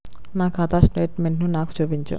నా ఖాతా స్టేట్మెంట్ను నాకు చూపించు